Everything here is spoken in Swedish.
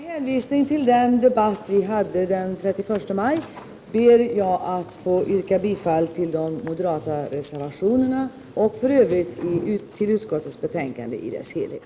Herr talman! Jag ber att i likhet med Lennart Andersson få yrka bifall till det av Rolf Dahlberg nyss framställda yrkandet.